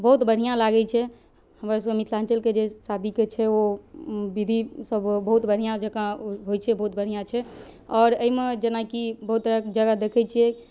बहुत बढ़िआँ लागै छै हमर सबके मिथिलाञ्चलके जे शादीके छै ओ विधिसँ बहुत बढ़िआँ जेकाँ होइ छै बहुत बढ़िआँ छै आओर अइमे जेनाकि बहुत तरहक जगह देखै छियै